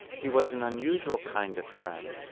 he was an unusual kind of friend.